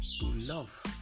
love